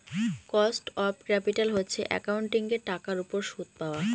cost of capital হচ্ছে একাউন্টিঙের টাকার উপর সুদ পাওয়া